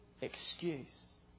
excuse